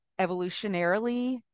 evolutionarily